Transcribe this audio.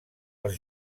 els